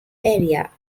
area